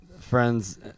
friends